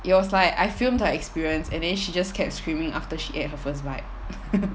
it was like I filmed her experience and then she just kept screaming after she ate her first bite